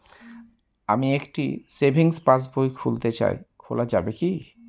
আমি একটি savings passbook খুলতে চাই খোলা যাবে কি?